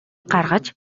гаргаж